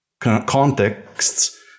contexts